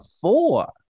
four